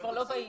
הם כבר לא באים.